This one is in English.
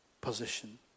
position